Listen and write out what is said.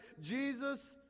Jesus